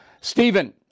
Stephen